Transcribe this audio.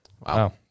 Wow